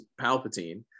Palpatine